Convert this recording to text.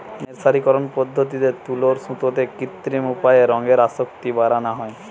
মের্সারিকরন পদ্ধতিতে তুলোর সুতোতে কৃত্রিম উপায়ে রঙের আসক্তি বাড়ানা হয়